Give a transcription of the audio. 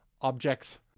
objects